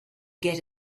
get